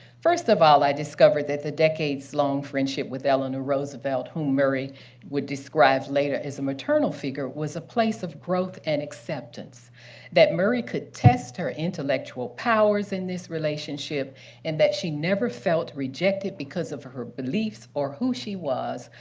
first of all, i discovered that the decades-long friendship with eleanor roosevelt, roosevelt, whom murray would describe later as a maternal figure, was a place of growth and acceptance that murray could test her intellectual powers in this relationship and that she never felt rejected because of her beliefs or who she was,